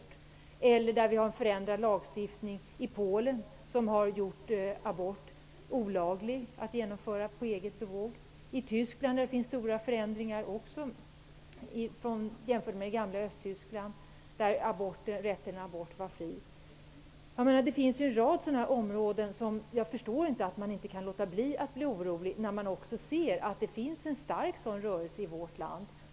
Det gäller även rapporter från Polen där man har en förändrad lagstiftning som har gjort abort olaglig att genomföra på eget bevåg. I Tyskland finns det också stora förändringar jämfört med det gamla Östtyskland där rätten till abort var fri. Det finns en rad områden där jag inte förstår att man kan låta bli att bli orolig när man ser att det finns en stark rörelse mot aborter i vårt land.